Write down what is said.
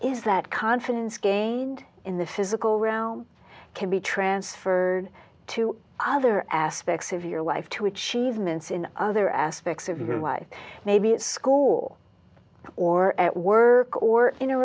is that confidence gained in the physical realm can be transferred to other aspects of your life to achievements in other aspects of your life maybe at school or at work or in a